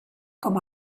com